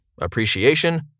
appreciation